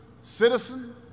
citizen